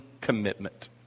commitment